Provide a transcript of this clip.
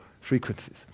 frequencies